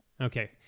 Okay